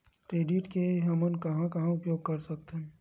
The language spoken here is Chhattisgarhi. क्रेडिट के हमन कहां कहा उपयोग कर सकत हन?